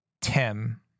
Tim